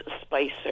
Spicer